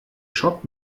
shop